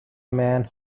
man